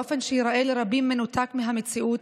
באופן שייראה לרבים מנותק מהמציאות,